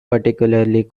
particularly